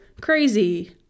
crazy